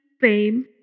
fame